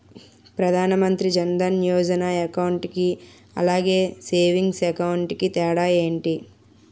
Pradhan Mantri Jan Dhan Yojana account కి అలాగే savings account కి తేడా ఏంటి?